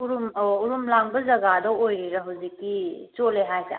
ꯎꯔꯨꯝ ꯑꯣ ꯎꯔꯨꯝ ꯂꯥꯡꯕ ꯖꯒꯥꯗ ꯑꯣꯏꯔꯤꯔ ꯍꯧꯖꯤꯛꯀꯤ ꯆꯣꯠꯂꯦ ꯍꯥꯏꯁꯦ